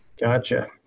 Gotcha